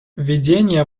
введение